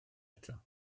eto